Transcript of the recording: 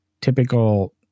typical